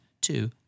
two